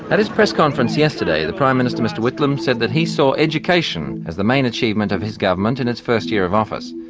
at his press conference yesterday the prime minister, mr whitlam, said that he saw education as the main achievement of his government in its first year of office.